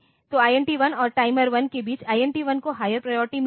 तो INT1 और timer 1 के बीच INT1 को हायर प्रायोरिटी मिली है